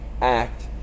act